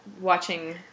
watching